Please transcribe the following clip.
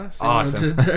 Awesome